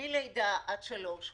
מלידה עד שלוש,